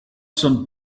some